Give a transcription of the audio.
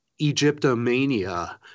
Egyptomania